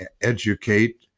educate